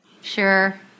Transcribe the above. sure